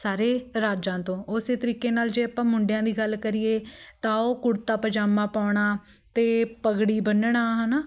ਸਾਰੇ ਰਾਜਾਂ ਤੋਂ ਉਸੇ ਤਰੀਕੇ ਨਾਲ ਜੇ ਆਪਾਂ ਮੁੰਡਿਆਂ ਦੀ ਗੱਲ ਕਰੀਏ ਤਾਂ ਉਹ ਕੁੜਤਾ ਪਜਾਮਾ ਪਾਉਣਾ ਅਤੇ ਪੱਗ ਬੰਨਣਾ ਹੈ ਨਾ